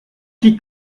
qui